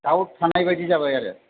doubt थानाय बायदि जाबाय आरो